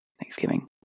Thanksgiving